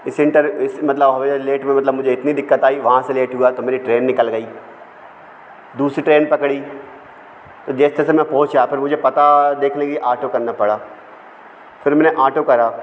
इस इन्टर इस मतलब लेट भी मतलब मुझे इतनी दिक़्क़त आई वहाँ से लेट हुआ तो मेरी ट्रेन निकल गई दूसरी ट्रेन पकड़ी तो जैसे तैसे में पहुँचा फिर मुझे पता देखने ऑटो करना पड़ा फिर मैंने ऑटो करा